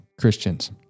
Christians